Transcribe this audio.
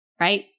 right